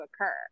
occur